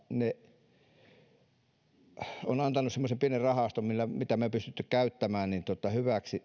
ne ovat antaneet semmoisen pienen rahaston mitä me olemme pystyneet käyttämään hyväksi